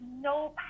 no